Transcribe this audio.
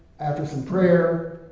after some prayer,